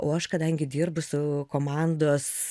o aš kadangi dirbu su komandos